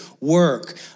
work